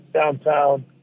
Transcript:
downtown